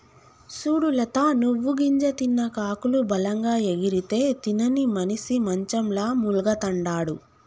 సూడు లత నువ్వు గింజ తిన్న కాకులు బలంగా ఎగిరితే తినని మనిసి మంచంల మూల్గతండాడు